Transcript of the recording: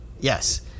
Yes